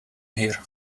here